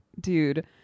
Dude